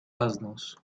asnos